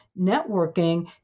networking